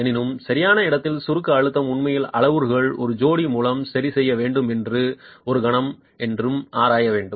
எனினும் சரியான இடத்தில் சுருக்க அழுத்தம் உண்மையில் அளவுருக்கள் ஒரு ஜோடி மூலம் சரி செய்ய வேண்டும் என்று ஒரு கணம் என்று ஆராய வேண்டும்